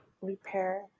repair